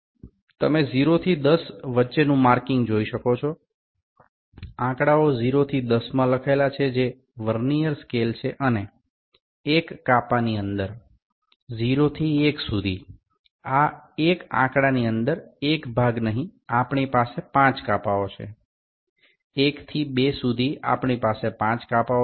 તમે 0 થી 10 વચ્ચેનું માર્કિંગ જોઈ શકો છો આંકડાઓ 0 થી 10માં લખેલા છે જે વર્નિયર સ્કેલ છે અને 1 કાપાની અંદર 0 થી 1 સુધી આ 1 આંકડાની અંદર 1 ભાગ નહીં આપણી પાસે 5 કાપાઓ છે 1 થી 2 સુધી આપણી પાસે 5 કાપા ઓ છે